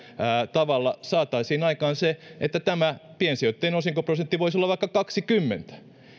tavalla saataisiin aikaan se että tämä piensijoittajien osinkoprosentti voisi olla vaikka kaksikymmentä